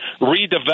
redevelop